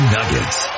Nuggets